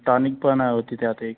tonic पण होती त्यात एक